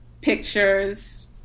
pictures